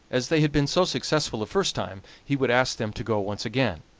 as they had been so successful the first time, he would ask them to go once again,